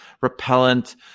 repellent